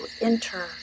enter